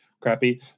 crappy